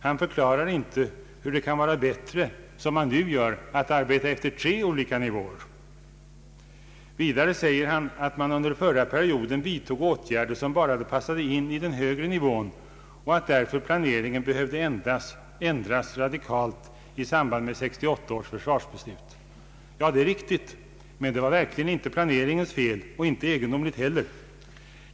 Han förklarar inte hur det kan vara bättre, som man nu gör, att arbeta efter tre olika nivåer. Vidare säger han att man under den förra perioden vidtog åtgärder som bara passade in i den högre nivån och att därför planeringen behövde ändras radikalt i samband med 1968 års beslut. Ja, det är riktigt, men det var verkligen inte planeringens fel, och det var inte egendomligt heller.